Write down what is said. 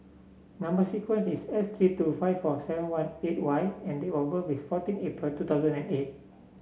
number sequence is S three two five four seven one eight Y and date of birth is fourteen April two thousand and eight